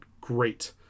great